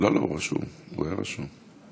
אדוני היושב-ראש, אדוני השר, חבריי